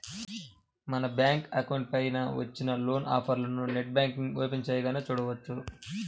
మన bank account పైన వచ్చిన లోన్ ఆఫర్లను నెట్ బ్యాంకింగ్ ఓపెన్ చేయగానే చూడవచ్చు